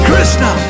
Krishna